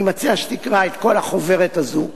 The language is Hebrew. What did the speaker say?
אני מציע שתקרא את כל החוברת הזאת,